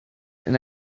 and